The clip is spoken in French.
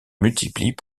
multiplient